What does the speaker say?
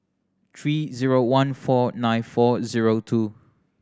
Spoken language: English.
three zero one four nine four zero two